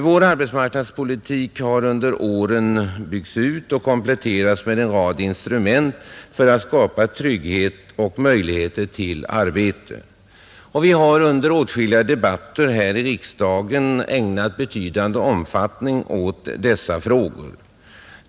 Vår arbetsmarknadspolitik har under åren byggts upp och kompletterats med en rad instrument för att skapa trygghet och möjligheter till arbete, och vi har under åtskilliga debatter här i riksdagen ägnat betydande utrymme åt dessa frågor.